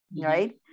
right